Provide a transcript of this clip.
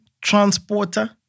transporter